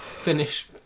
Finish